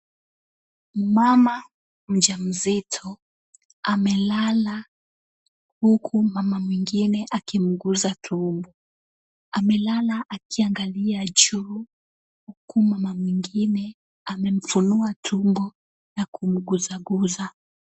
Ni mama mja mzito amelala huku mama mwingine akimguza tumbo, amelala akiangalia juu huku mama mwingine amemfunua tumbo nakumguzaguza.